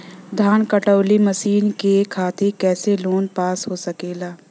धान कांटेवाली मशीन के खातीर कैसे लोन पास हो सकेला?